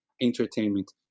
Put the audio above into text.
entertainment